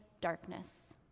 darkness